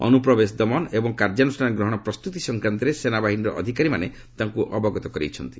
ଅନୁପ୍ରବେଶ ଦମନ ଏବଂ କାର୍ଯ୍ୟାନୁଷ୍ଠାନ ଗ୍ରହଣ ପ୍ରସ୍ତୁତି ସଂକ୍ରାନ୍ତରେ ସେନାବାହିନୀର ଅଧିକାରୀମାନେ ତାଙ୍କୁ ଅବଗତ କରାଇଛନ୍ତି